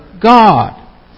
God